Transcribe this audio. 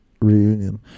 reunion